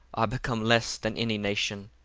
are become less than any nation,